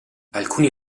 alcuni